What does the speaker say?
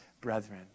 brethren